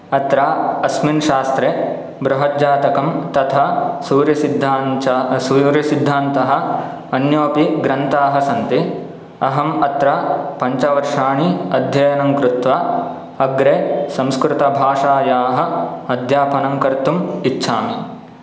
अत्र अस्मिन् शास्त्रे बृहज्जातकं तथा सूर्यसिद्धां च सूर्यसिद्धान्तः अन्योपि ग्रन्थाः सन्ति अहम् अत्र पञ्चवर्षाणि अध्ययनं कृत्वा अग्रे संस्कृतभाषायाः अध्यापनं कर्तुम् इच्छामि